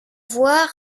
voir